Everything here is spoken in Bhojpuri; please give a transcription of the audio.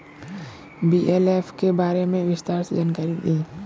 बी.एल.एफ के बारे में विस्तार से जानकारी दी?